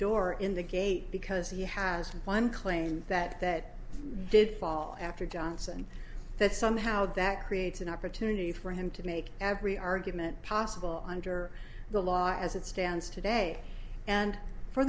door in the gate because he has one claim that that did fall after johnson and that somehow that creates an opportunity for him to make every argument possible under the law as it stands today and for